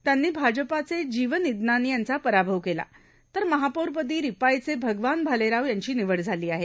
त्यांन भाजपाचे जक्म इदनान आंचा पराभव केला तर महापौरपद शिपाईचे भगवान भालेराव यांच भिवड झाल आहे